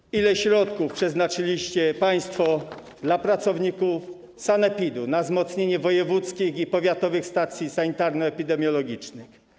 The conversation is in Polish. Pytam, ile środków przeznaczyliście państwo dla pracowników sanepidu, na wzmocnienie wojewódzkich i powiatowych stacji sanitarno-epidemiologicznych?